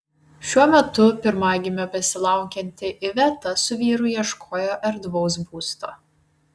šiuo metu pirmagimio besilaukianti iveta su vyru ieškojo erdvaus būsto